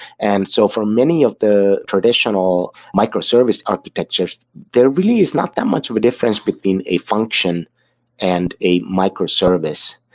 and so for many of the traditional microservice architectures, there really is not that much of a difference between a function and a microservice.